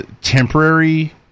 temporary